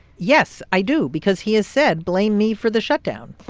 yes, i do, because he has said, blame me for the shutdown.